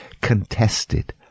contested